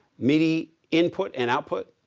midi input and output.